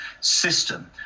system